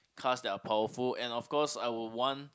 cars that are powerful and of course I would want